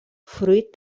fruit